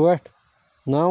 ٲٹھ نَو